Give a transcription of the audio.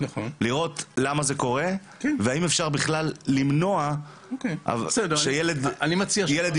צריך לראות למה זה קורה והאם אפשר בכלל למנוע שילד לא